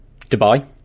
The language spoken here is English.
Dubai